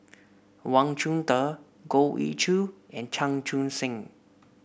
Wang Chunde Goh Ee Choo and Chan Chun Sing